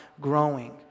growing